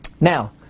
Now